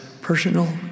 personal